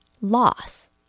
loss